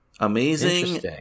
Amazing